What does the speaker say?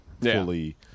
fully